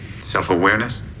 self-awareness